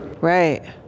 Right